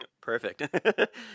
Perfect